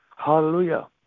Hallelujah